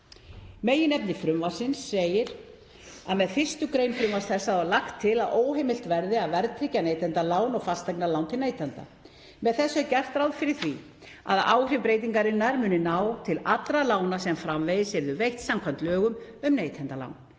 meginefni frumvarpsins segir að með 1. gr. frumvarps þessa sé lagt til að óheimilt verði að verðtryggja neytendalán og fasteignalán til neytenda. Með þessu er gert ráð fyrir að áhrif breytingarinnar muni ná til allra lána sem framvegis yrðu veitt samkvæmt lögum um neytendalán,